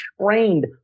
trained